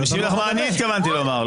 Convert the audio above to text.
אני משיב לך מה אני התכוונתי לומר,